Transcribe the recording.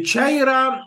čia yra